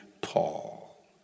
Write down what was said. Paul